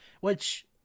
Which-